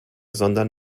sondern